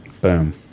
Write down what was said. Boom